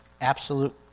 Absolute